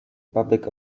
public